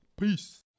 Peace